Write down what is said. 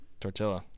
Tortilla